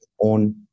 own